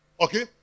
Okay